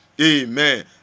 Amen